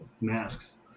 masks